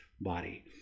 body